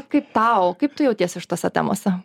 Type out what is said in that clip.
kaip tau kaip tu jautiesi šitose temose